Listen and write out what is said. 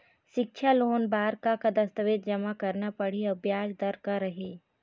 सिक्छा लोन बार का का दस्तावेज जमा करना पढ़ही अउ ब्याज दर का रही?